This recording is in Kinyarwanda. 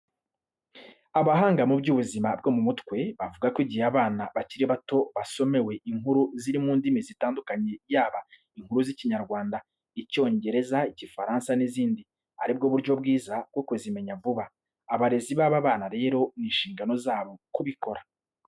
Abahanga mu by'ubuzima bwo mu mutwe, bavuga ko igihe abana bakiri bato basomewe inkuru ziri mu ndimi zitandukanye yaba, inkuru z'Ikinyarwanda, Icyongereza, Igifaransa n'izindi, ari bwo buryo bwiza bwo kuzimenya vuba. Abarezi b'aba bana rero ni inshingano zabo kubikora.